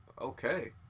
Okay